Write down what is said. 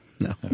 No